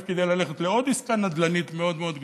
כדי ללכת לעוד עסקה נדל"נית מאוד מאוד גדולה,